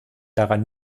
daran